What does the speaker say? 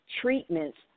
treatments